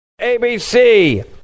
ABC